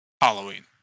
Halloween